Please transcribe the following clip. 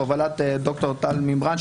בהובלת ד"ר טל מימרן,